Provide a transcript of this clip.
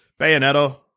Bayonetta